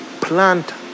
plant